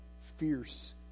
fierce